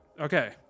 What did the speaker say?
Okay